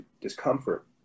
discomfort